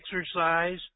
exercise